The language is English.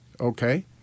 Okay